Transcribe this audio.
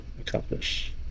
accomplish